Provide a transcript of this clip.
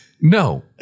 No